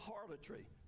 harlotry